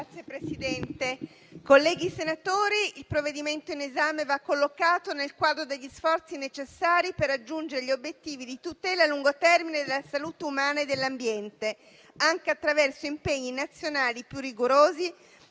Signor Presidente, colleghi senatori, il provvedimento in esame va collocato nel quadro degli sforzi necessari per raggiungere gli obiettivi di tutela a lungo termine della salute umana e dell'ambiente, anche attraverso impegni nazionali più rigorosi